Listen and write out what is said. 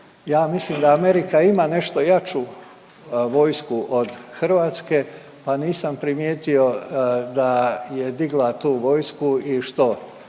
Ja mislim da Amerika ima nešto jaču vojsku od Hrvatske, pa nisam primijetio da je digla tu vojsku i što,